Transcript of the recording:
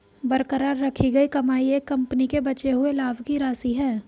बरकरार रखी गई कमाई एक कंपनी के बचे हुए लाभ की राशि है